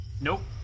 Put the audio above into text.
Nope